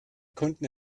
konnten